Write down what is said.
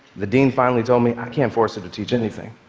the dean finally told me, i can't force her to teach anything.